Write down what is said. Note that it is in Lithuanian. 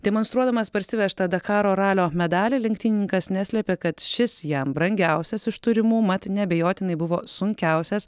demonstruodamas parsivežtą dakaro ralio medalį lenktynininkas neslepia kad šis jam brangiausias iš turimų mat neabejotinai buvo sunkiausias